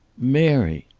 mary!